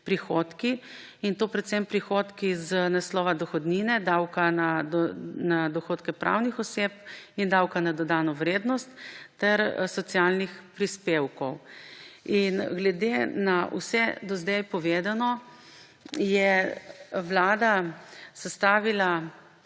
prihodki, in to predvsem prihodki iz naslova dohodnine, davka na dohodke pravnih oseb in davka na dodano vrednost ter socialnih prispevkov. Glede na vse do zdaj povedano je Vlada sestavila